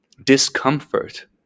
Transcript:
Discomfort